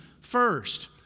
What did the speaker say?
first